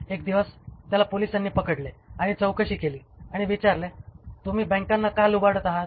एक दिवस त्याला पोलिसांनी पकडले आणि चौकशी केली आणि विचारले तुम्ही बँकांना का लुबाडत आहात